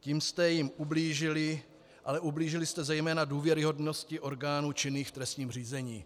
Tím jste jim ublížili, ale ublížili jste zejména důvěryhodnosti orgánů činných v trestním řízení.